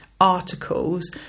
articles